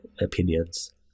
opinions